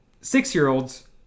six-year-olds